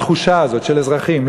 התחושה הזאת של אזרחים,